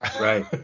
Right